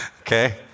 okay